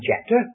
chapter